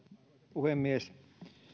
puhemies